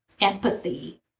empathy